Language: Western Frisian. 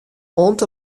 oant